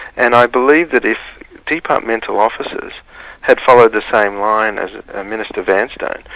and i believe that if departmental officers had followed the same line as minister vanstone,